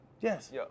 Yes